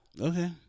Okay